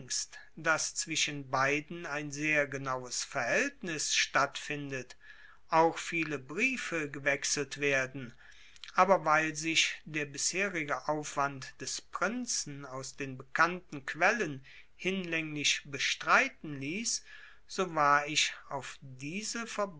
daß zwischen beiden ein sehr genaues verhältnis stattfindet auch viele briefe gewechselt werden aber weil sich der bisherige aufwand des prinzen aus den bekannten quellen hinlänglich bestreiten ließ so war ich auf diese